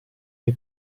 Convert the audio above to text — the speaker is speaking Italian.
dei